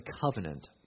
covenant